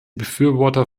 befürworter